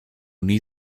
nie